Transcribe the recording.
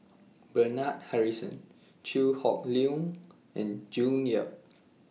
Bernard Harrison Chew Hock Leong and June Yap